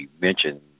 mentioned